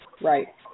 right